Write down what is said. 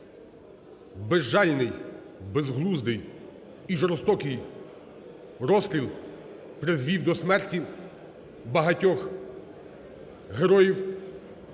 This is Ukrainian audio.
Безжальний, безглуздий і жорстокий розстріл призвів до смерті багатьох Героїв